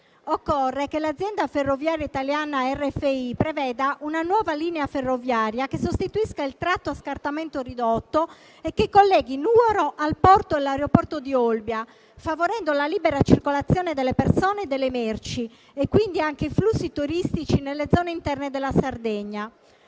Occorre che l'azienda Rete ferroviaria italiana (RFI) preveda una nuova linea ferroviaria che sostituisca il tratto a scartamento ridotto e colleghi Nuoro al porto e all'aeroporto di Olbia, favorendo la libera circolazione delle persone e delle merci e, quindi, anche i flussi turistici nelle zone interne della Sardegna.